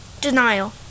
denial